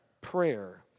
prayer